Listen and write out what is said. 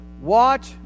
watch